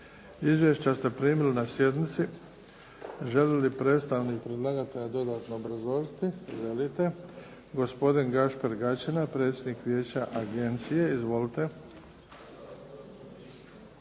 Izvješća ste primili na sjednici. Želi li predstavnik predlagatelja dodatno obrazložiti? Želite. Gospodin Gašper Gaćina, predsjednik vijeća agencije. Izvolite.